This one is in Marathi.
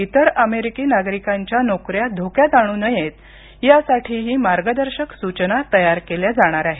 इतर अमेरिकी नागरिकांच्या नोकऱ्या धोक्यात आणू नयेत यासाठीही मार्गदर्शक सूचना तयार केल्या जाणार आहेत